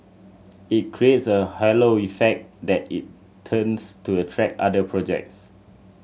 it creates a halo effect that in turns to attract other projects